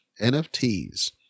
NFTs